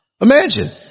Imagine